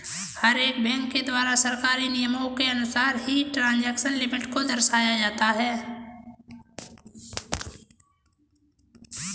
हर एक बैंक के द्वारा सरकारी नियमों के अनुसार ही ट्रांजेक्शन लिमिट को दर्शाया जाता है